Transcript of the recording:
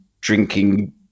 drinking